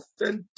authentic